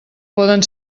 poden